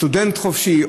סטודנט חופשי,